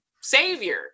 savior